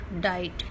died